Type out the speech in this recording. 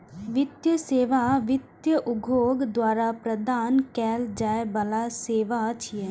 वित्तीय सेवा वित्त उद्योग द्वारा प्रदान कैल जाइ बला सेवा छियै